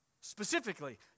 specifically